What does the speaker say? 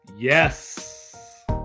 Yes